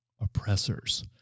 oppressors